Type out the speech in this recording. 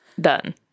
Done